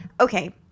Okay